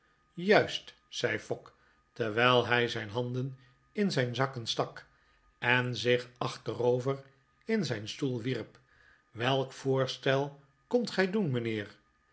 juist zei fogg terwijl hij zijn handen in zijn zakken stak en zich achterover in zijn stoel wierp welk voorstel komt gij doen mijnheer